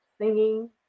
singing